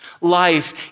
Life